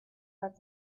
that